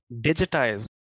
digitize